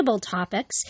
topics